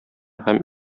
һәм